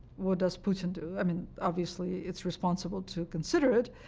what does putin do? i mean obviously it's responsible to consider it,